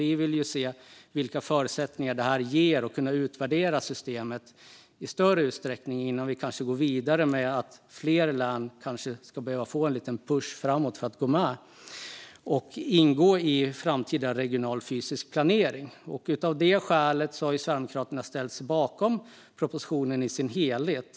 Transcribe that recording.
Vi vill se vilka förutsättningar systemet ger och kunna utvärdera det i större utsträckning innan vi går vidare med att pusha på för att fler län ska gå ingå i framtida regional fysisk planering. Av det skälet har Sverigedemokraterna ställt sig bakom propositionen i dess helhet.